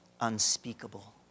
unspeakable